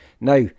Now